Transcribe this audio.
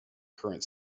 current